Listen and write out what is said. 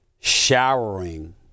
showering